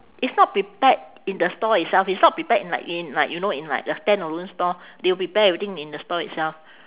it's not prepared in the stall itself it's not prepared in like in like you know in like a standalone stall they'll prepare everything in the stall itself